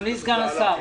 אדוני סגן השר.